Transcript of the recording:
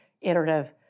iterative